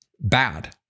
bad